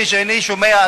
כשאני שומע,